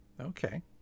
okay